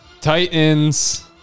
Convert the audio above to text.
Titans